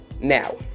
Now